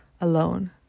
alone